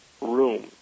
room